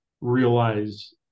realize